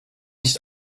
nicht